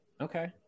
Okay